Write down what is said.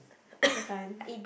Kfine